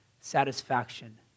satisfaction